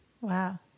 Wow